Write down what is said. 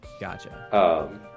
gotcha